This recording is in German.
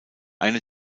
eine